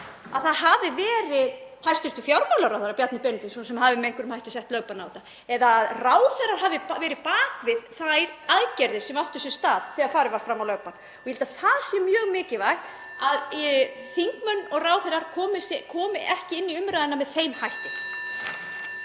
að það hafi verið hæstv. fjármálaráðherra Bjarni Benediktsson sem hafi með einhverjum hætti sett lögbann á þetta eða að ráðherrar hafi verið bak við þær aðgerðir sem áttu sér stað þegar farið var fram á lögbann. Ég held að það sé mjög mikilvægt (Forseti hringir.) að þingmenn og ráðherrar komi ekki inn í umræðuna með þeim hætti.